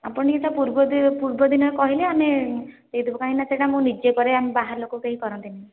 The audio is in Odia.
ଆପଣ ଟିକିଏ ତା' ପୂର୍ବଦିନ ପୂର୍ବଦିନ କହିଲେ ଆମେ ଦେଇଦେବୁ କାହିଁକିନା ସେଇଟା ମୁଁ ନିଜେ କରେ ଆମ ବାହାର ଲୋକ କେହି କରନ୍ତିନି